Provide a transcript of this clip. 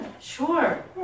sure